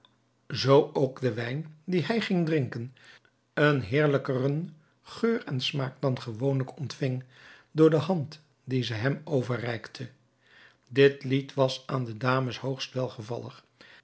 zoo ook de wijn dien hij ging drinken een heerlijkeren geur en smaak dan gewoonlijk ontving door de hand die ze hem overreikte dit lied was aan de dames